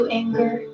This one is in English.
anger